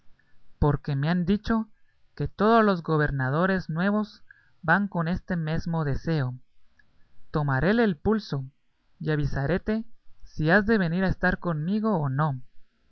porque me han dicho que todos los gobernadores nuevos van con este mesmo deseo tomaréle el pulso y avisaréte si has de venir a estar conmigo o no